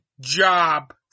job